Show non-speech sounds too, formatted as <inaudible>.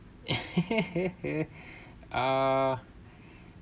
<laughs> uh